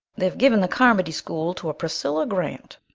they've given the carmody school to a priscilla grant.